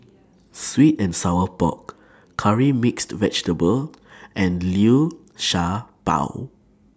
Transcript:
Sweet and Sour Pork Curry Mixed Vegetable and Liu Sha Bao